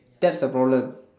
test the problem